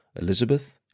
Elizabeth